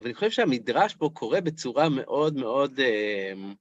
ואני חושב שהמדרש פה קורא בצורה מאוד מאוד...